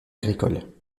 agricoles